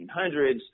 1800s